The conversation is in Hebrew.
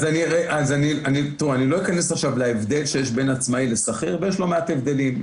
אני לא אכנס עכשיו להבדל שיש בין עצמאי לשכיר ויש לא מעט הבדלים.